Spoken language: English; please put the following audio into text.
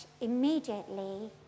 Immediately